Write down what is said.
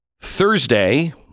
Thursday